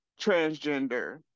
transgender